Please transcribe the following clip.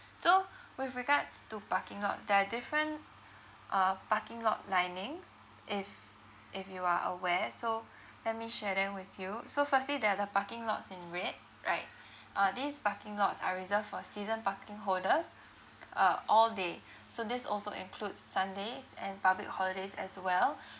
so with regards to parking lot there are different uh parking lot linings if if you are aware so let me share them with you so firstly there are the parking lots in red right uh these parking lots are reserved for season parking holders uh all day so this also includes sundays and public holidays as well